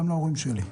גם להורים שלי.